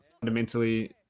fundamentally